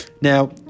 Now